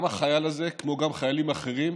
גם החייל הזה, כמו גם חיילים אחרים,